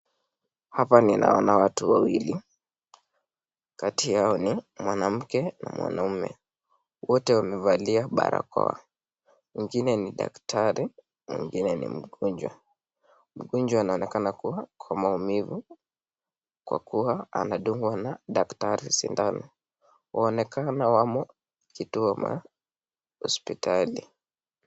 Hapa ninaona watu wawili kati yao ni mwanamke na mwanamume wote wamevalia barakoa mwingine ni daktari mwingine ni mgonjwa. Mgonjwa anaonekana kuwa kwa maumivi kwa kuwa anadungwa na daktari sindano. Waonekana wamo kituo mwa hospitali.